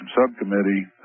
subcommittee